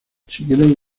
siguieron